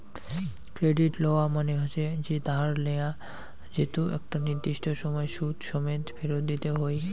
credit লওয়া মানে হসে যে ধার নেয়া যেতো একটা নির্দিষ্ট সময় সুদ সমেত ফেরত দিতে হই